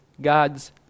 God's